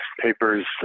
papers